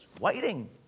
waiting